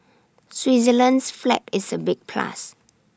Switzerland's flag is A big plus